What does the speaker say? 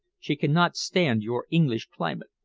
she cannot stand your english climate.